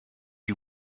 you